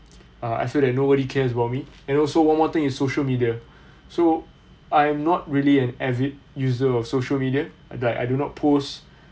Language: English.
uh I feel that nobody cares about me and also one more thing in social media so I'm not really an avid user of social media like I do not post